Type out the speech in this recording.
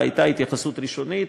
והייתה התייחסות ראשונית,